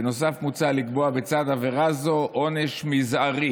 בנוסף, מוצע לקבוע בצד עבירה זו עונש מזערי